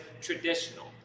traditional